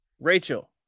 Rachel